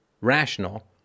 rational